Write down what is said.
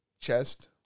chest